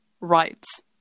rights